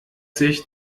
sich